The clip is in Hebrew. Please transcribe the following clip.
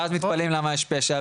ואז מתפלאים למה יש פשע.